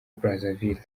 brazzaville